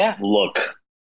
look